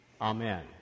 Amen